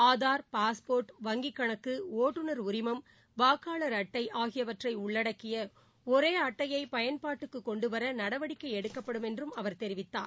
Aadhaar passport வங்கிக் கணக்கு ஓட்டுநர் உரிமம் வாக்காளர் அட்டை ஆகியவற்றை உள்ளடக்கிய ஒரே அட்டையை பயன்பாட்டுக்குக் கொண்டுவர நடவடிக்கை எடுக்கப்படும் என்று அவர் தெரிவித்தார்